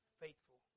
faithful